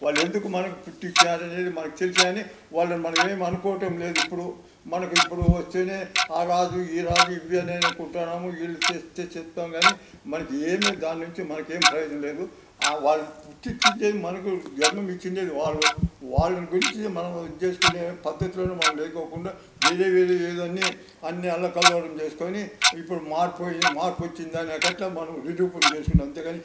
వాళ్లు ఎందుకు మనకు పుట్టించారు అనేది మనకు తెలుసు కాని వాళ్ళని మనం ఏమి అనుకోవటం లేదు ఇప్పుడు మనకు ఇప్పుడు వస్తేనే ఆ రాజు ఈ రాజు ఇవి అని అనుకుంటున్నాము వీళ్లు తెస్తే చెప్తాం కానీ మనకి ఏమి దాని నుంచి మనకి ఏమి ప్రయోజనం లేదు వాళ్లు పుట్టించిందే మనకు జన్మను ఇచ్చిందే వాళ్ళు వాళ్ళను గురించి మనం ఇది చేసుకునే పద్ధతులను మనం లేకుండా వేరే వేరే ఏదో అన్ని అన్ని అల్లకల్లోలం చేసుకొని ఇప్పుడు మారిపోయి మార్పు వచ్చింది అనేటట్టు మనం నిరూపణ చేసుకున్నాం అంతేగాని